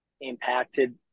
impacted